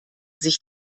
sich